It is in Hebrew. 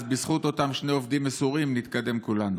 ואז בזכות אותם שני עובדים מסורים נתקדם כולנו,